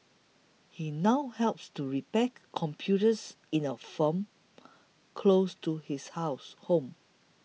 he now helps to repair computers in a firm close to his house